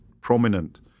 prominent